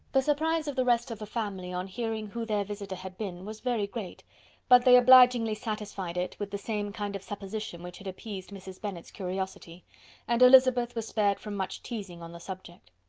the surprise of the rest of the family, on hearing who their visitor had been, was very great but they obligingly satisfied it, with the same kind of supposition which had appeased mrs. bennet's curiosity and elizabeth was spared from much teasing on the subject.